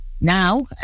now